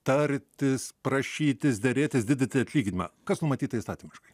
tartis prašytis derėtis didinti atlyginimą kas numatyta įstatymiškai